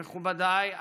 מכובדיי,